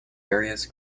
various